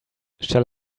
shall